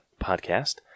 podcast